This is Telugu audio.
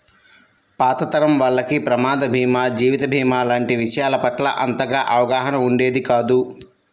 పాత తరం వాళ్లకి ప్రమాద భీమా, జీవిత భీమా లాంటి విషయాల పట్ల అంతగా అవగాహన ఉండేది కాదు